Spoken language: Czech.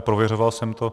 Prověřoval jsem to.